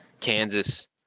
Kansas